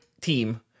team